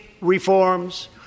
reforms